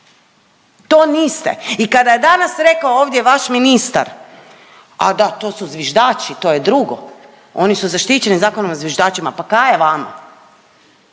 To niste. I kada je danas rekao ovdje vaš ministar, a da to su zviždači to je drugo, oni su zaštićeni Zakonom o zviždačima. Pa kaj je vama?